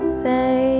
say